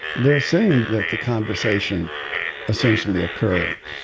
they're saying that the conversation essentially occurred.